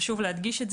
חשוב להדגיש.